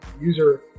user